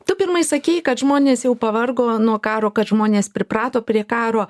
tu pirmai sakei kad žmonės jau pavargo nuo karo kad žmonės priprato prie karo